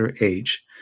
age